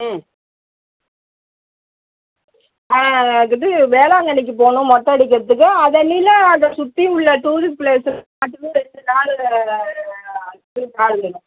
ம் ஆ இது வேளாங்கண்ணிக்கு போகணும் மொட்டை அடிக்கிறதுக்கு அதை அன்னியில் அதை சுற்றி உள்ள டூரிஸ் ப்ளேஸுக்கு மட்டுமே ரெண்டு நாள் இது கார் வேணும்